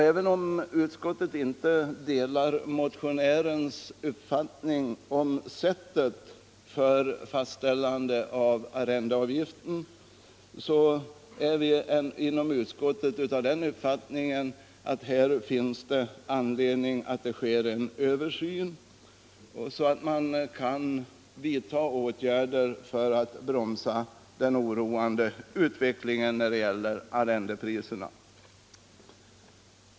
Även om utskottet inte delar motionärernas uppfattning om sättet för fastställande av arrendeavgiften, är vi inom utskottet av den uppfattningen, att det finns anledning att företa en översyn av bestämmelserna för att kunna bromsa den oroande arrendeprisutvecklingen.